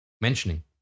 mentioning